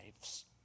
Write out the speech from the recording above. lives